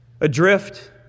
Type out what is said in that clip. Adrift